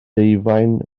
ddeufaen